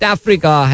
Africa